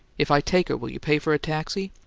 if i take her, will you pay for a taxi?